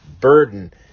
burden